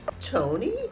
Tony